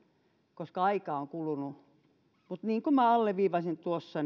koska aikaa on kulunut mutta niin kuin alleviivasin tuossa